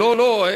לא לא,